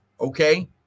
Okay